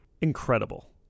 Incredible